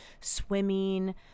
swimming